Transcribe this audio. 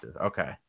Okay